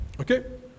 Okay